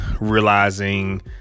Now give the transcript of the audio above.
realizing